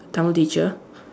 Tamil teacher